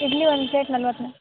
ಇಡ್ಲಿ ಒಂದು ಪ್ಲೇಟ್ ನಲ್ವತ್ತು ಮ್ಯಾಮ್